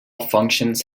functions